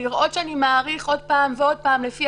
לראות שאני מאריך עוד פעם ועוד פעם לפי